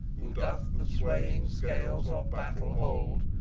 who doth the swaying scales of battle hold,